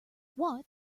watt